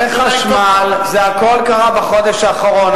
בלחם, בחשמל, הכול קרה בחודש האחרון.